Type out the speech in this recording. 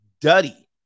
Duddy